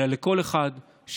אלא של כל אחד שיצביע.